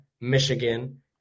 Michigan